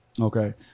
Okay